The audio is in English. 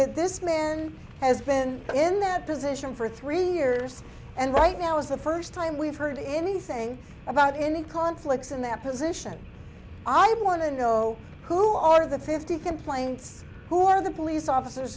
that this man has been in that position for three years and right now is the first time we've heard anything about any conflicts in that position i want to know who are the fifty complaints who are the police officers